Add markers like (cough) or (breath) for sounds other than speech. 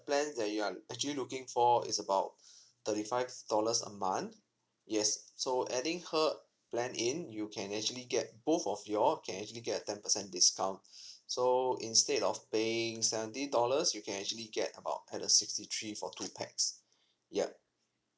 plans that you are actually looking for is about thirty five dollars a month yes so adding her plan in you can actually get both of you all can actually get a ten percent discount (breath) so instead of paying seventy dollars you can actually get about at the sixty three for two pax ya